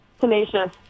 tenacious